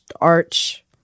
arch